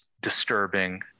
disturbing